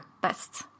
best